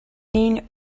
seen